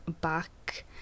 back